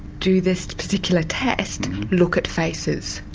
do this particular test look at faces?